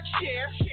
share